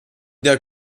der